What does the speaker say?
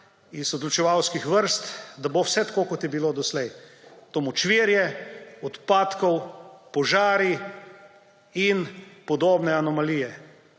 iz odločevalskih vrst, da bo vse tako, kot je bilo doslej; to močvirje odpadkov, požari in podobne anomalije.